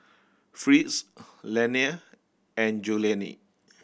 Fritz Lennie and Julianne